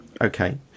okay